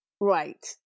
right